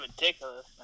ridiculous